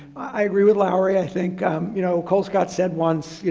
i agree with lowery. i think you know, colescott said once, you